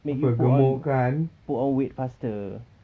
make you put on put on weight faster